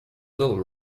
little